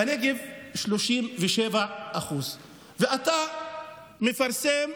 בנגב, 37%. ואתה מפרסם,